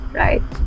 right